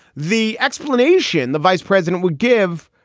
the explanation the vice president would give.